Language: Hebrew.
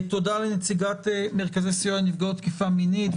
תודה לנציגת מרכזי הסיוע לנפגעות תקיפה מינית.